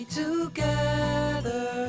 together